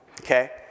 okay